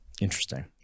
Interesting